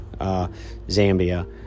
Zambia